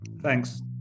thanks